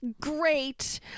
great